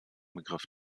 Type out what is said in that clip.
begriff